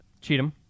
Cheatham